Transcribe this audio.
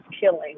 killing